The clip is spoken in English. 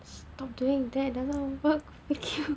stop doing that doesn't work